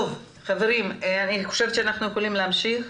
אני חושבת שאנחנו יכולים להמשיך,